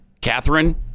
Catherine